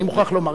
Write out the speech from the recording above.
אני מוכרח לומר,